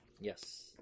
Yes